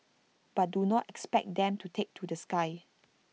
but do not expect them to take to the sky